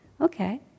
Okay